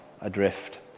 adrift